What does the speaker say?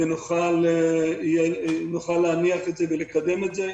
ונוכל להניח את זה ולקדם את זה,